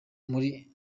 muri